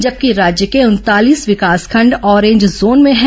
जबकि राज्य के उनतालीस विकासखंड आरेंज जोन में है